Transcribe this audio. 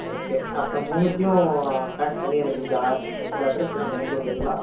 okay அப்போ மூணுத்தையும் pack பண்ணி எனக்கு இந்த இந்த அட்ரஸுக்கு நீங்கள் அனுப்பி விடுறீங்களா